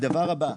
הדבר הבא,